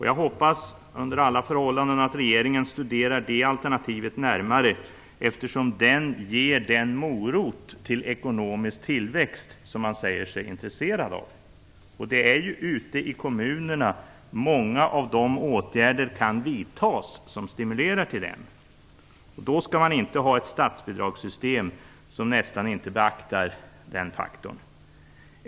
Jag hoppas under alla förhållanden att regeringen studerar detta alternativ närmare, eftersom det ger den morot till ekonomisk tillväxt som man säger sig vara intresserad av. Och det är ju ute i kommunerna många av de åtgärder kan vidtas som stimulerar till det. Då skall man inte ha ett statsbidragssystem som nästan inte beaktar den faktorn.